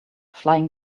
flying